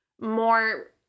more